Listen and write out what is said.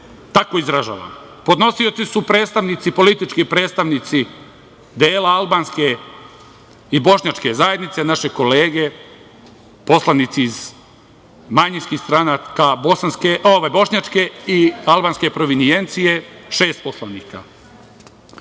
tako izražavam. Podnosioci su politički predstavnici dela albanske i bošnjačke zajednice, naše kolege, poslanici iz manjinskih stranaka, bošnjačke i albanske provenijencije, šest poslanika.